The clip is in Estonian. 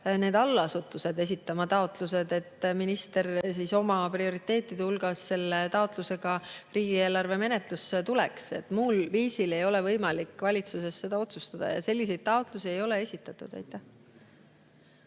need allasutused esitama taotlused, et minister oma prioriteetide hulgas selle taotlusega riigieelarve menetlusele tuleks. Muul viisil ei ole võimalik valitsuses seda otsustada. Ja selliseid taotlusi ei ole esitatud.